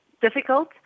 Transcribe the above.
difficult